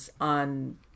on